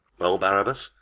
well, barabas,